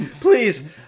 Please